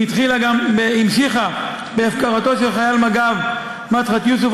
היא המשיכה בהפקרתו של חייל מג"ב מדחת יוסף,